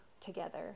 together